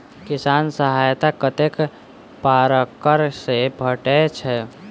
किसान सहायता कतेक पारकर सऽ भेटय छै?